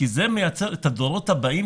כי זה מייצר את הדורות הבאים,